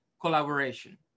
collaboration